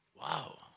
Wow